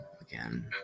again